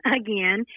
again